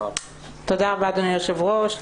תודה רבה אדוני היושב ראש.